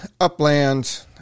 Upland